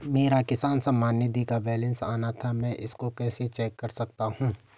मेरा किसान सम्मान निधि का बैलेंस आना था मैं इसको कैसे चेक कर सकता हूँ?